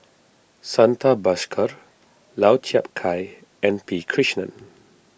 Santha Bhaskar Lau Chiap Khai and P Krishnan